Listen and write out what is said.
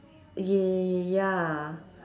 ya